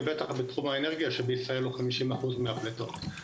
ובטח בתחום האנרגיה שבישראל הוא חמישים אחוז מהפליטות.